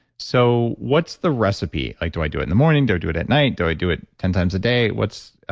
so what's the recipe. like do i do it in the morning, do i do it at night? do i do it ten times a day? what's.